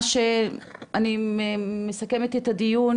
מה שאני מסכמת את הדיון,